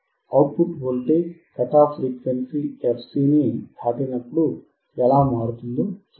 out put voltage cut off frequency fc ని దాటినప్పుడు ఎలా మారుతుందో చూద్దాం